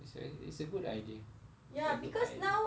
it's a it's a good idea it's a good idea